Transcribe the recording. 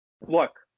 look